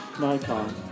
Nikon